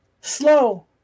Slow